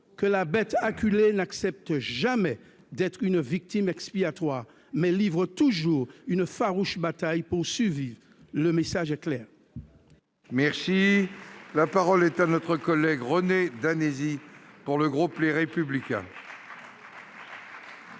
que la bête acculée n'accepte jamais d'être une victime expiatoire, mais livre toujours une farouche bataille pour survivre. Le message est clair ! La parole est à M. René Danesi, pour le groupe Les Républicains.